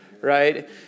right